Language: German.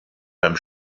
beim